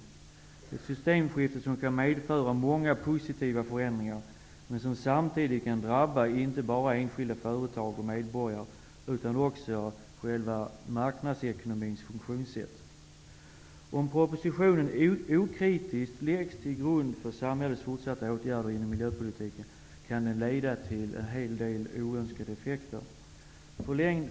Det är ett sytemskifte som kan medföra många positiva förändringar, men som samtidigt kan drabba inte bara enskilda företag och medborgare, utan också själva marknadsekonomins funktionssätt. Om propositionen okritiskt läggs till grund för samhällets fortsatta åtgärder inom miljöpolitiken kan den leda till en hel del oönskade effekter.